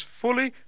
fully